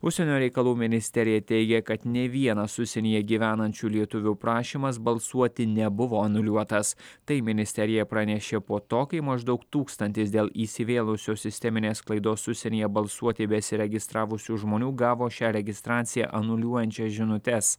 užsienio reikalų ministerija teigia kad nei vienas užsienyje gyvenančių lietuvių prašymas balsuoti nebuvo anuliuotas tai ministerija pranešė po to kai maždaug tūkstantis dėl įsivėlusios sisteminės klaidos užsienyje balsuoti besiregistravusių žmonių gavo šią registraciją anuliuojančias žinutes